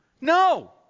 No